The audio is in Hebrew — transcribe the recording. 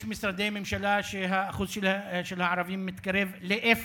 יש משרדי ממשלה שהאחוז של הערבים בהם מתקרב לאפס.